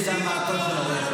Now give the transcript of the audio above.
אבל מי שמרגיש כאזרח שדורסים אותו,